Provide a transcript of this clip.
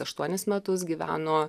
aštuonis metus gyveno